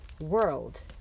world